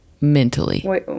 mentally